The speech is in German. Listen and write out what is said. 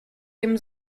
dem